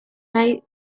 nahi